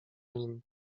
nim